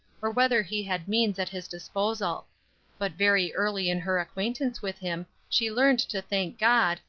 or whether he had means at his disposal but very early in her acquaintance with him she learned to thank god,